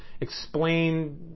explain